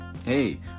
Hey